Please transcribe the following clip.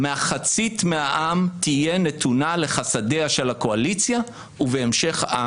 מחצית מהעם תהיה נתונה לחסדיה של הקואליציה ובהמשך,